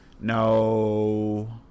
No